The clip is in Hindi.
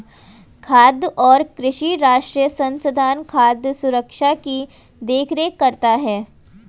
खाद्य और कृषि राष्ट्रीय संस्थान खाद्य सुरक्षा की देख रेख करता है